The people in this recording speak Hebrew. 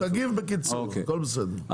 תגיב בקיצור, אין בעיה, הכול בסדר.